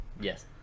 Yes